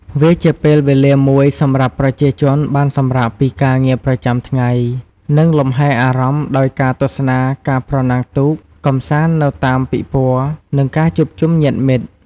វាជាពេលវេលាមួយសម្រាប់ប្រជាជនបានសម្រាកពីការងារប្រចាំថ្ងៃ និងលំហែអារម្មណ៍ដោយការទស្សនាការប្រណាំងទូក កម្សាន្តនៅតាមពិព័រណ៍ និងការជួបជុំញាតិមិត្ត។